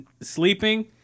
sleeping